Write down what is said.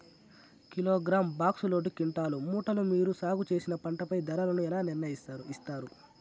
Kilogram, box, load, క్వింటాలు, మూటలు మీరు సాగు చేసిన పంటపై ధరలను ఎలా నిర్ణయిస్తారు యిస్తారు?